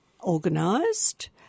organised